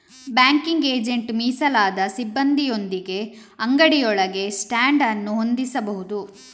banking agent ಮೀಸಲಾದ ಸಿಬ್ಬಂದಿಯೊಂದಿಗೆ ಅಂಗಡಿಯೊಳಗೆ ಸ್ಟ್ಯಾಂಡ್ ಅನ್ನು ಹೊಂದಿಸಬಹುದು